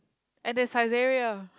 and there's Syzeria